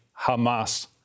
Hamas